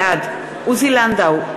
בעד עוזי לנדאו,